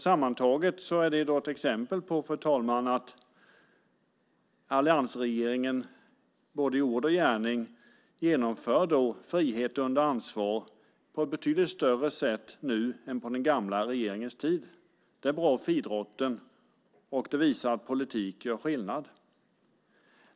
Sammantaget är det ett exempel på att alliansregeringen både i ord och gärning genomför frihet under ansvar på ett betydligt bättre sätt än vad som gjordes på den gamla regeringens tid. Det är bra för idrotten, och det visar att politik gör skillnad.